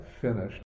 finished